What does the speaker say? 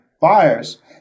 buyers